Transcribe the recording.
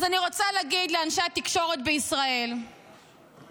אז אני רוצה להגיד לאנשי התקשורת בישראל שלא